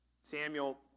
Samuel